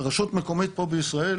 רשות מקומית פה בישראל,